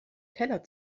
teller